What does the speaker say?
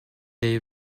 est